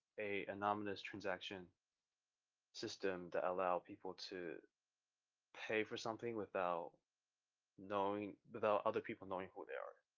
a anonymous transaction system that allow people to pay for something without knowing, without other people knowing who they are.